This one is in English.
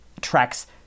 tracks